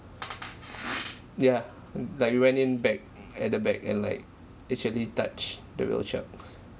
yeah like we went in back at the back and and like actually touched the whale sharks